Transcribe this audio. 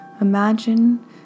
imagine